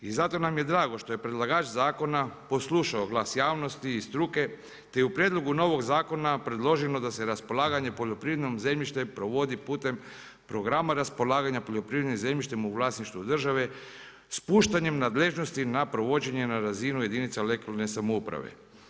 I zato nam je drago što je predlagač zakona poslušao glas javnosti i struke te je u prijedlogu novog zakona predloženo da se raspolaganje poljoprivrednim zemljištem provodi putem programa raspolaganja poljoprivrednim zemljištem u vlasništvu države, spuštanjem nadležnosti na provođenje na razinu jedinica lokalne samouprave.